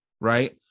right